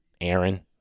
Aaron